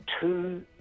Two